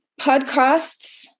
podcasts